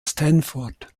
stanford